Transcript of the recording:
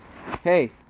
Hey